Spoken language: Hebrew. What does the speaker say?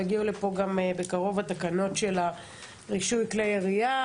יגיעו לפה בקרוב גם התקנות של רישוי כלי ירייה,